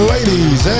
Ladies